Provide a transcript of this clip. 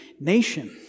nation